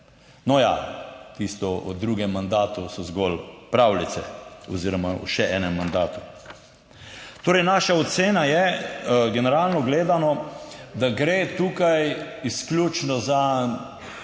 No ja, tisto v drugem mandatu so zgolj pravljice oziroma o še enem mandatu. Torej naša ocena je, generalno gledano, da gre tukaj izključno za